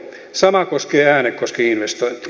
sama koskee äänekoski investointia